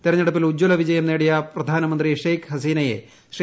തെരഞ്ഞെടുപ്പിൽ ഉജ്ജൂല വിജയം നേടിയ പ്രധാനമന്ത്രി ഷെയ്ഖ് ഹസീനയെ ശ്രീ